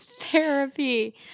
Therapy